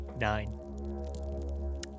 Nine